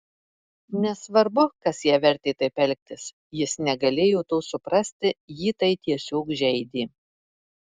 nesvarbu kas ją vertė taip elgtis jis negalėjo to suprasti jį tai tiesiog žeidė